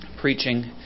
preaching